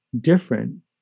different